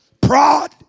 prod